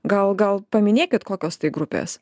gal gal paminėkit kokios tai grupės